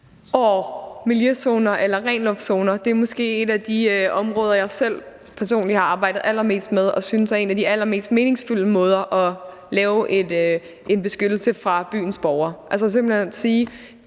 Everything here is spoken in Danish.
miljøzoner eller ren luft-zoner er måske et af de områder, jeg selv personligt har arbejdet allermest med og synes er en af de allermest meningsfulde måder at lave en beskyttelse af byens borgere